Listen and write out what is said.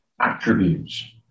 Attributes